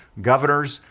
governors,